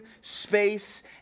space